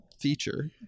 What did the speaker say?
feature